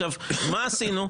אני אומר מה עשינו.